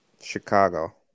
Chicago